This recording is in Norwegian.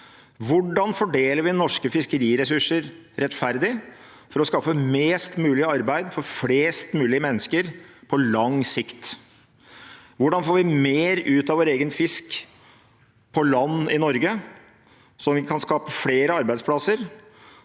Hvordan fordeler vi norske fiskeriressurser rettferdig for å skaffe mest mulig arbeid for flest mulig mennesker på lang sikt? Hvordan får vi mer ut av vår egen fisk på land i Norge, sånn at vi kan skape flere arbeidsplasser